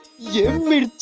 you